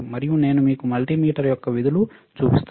మరియు నేను మీకు మల్టిమీటర్ యొక్క విధులు చూపిస్తాను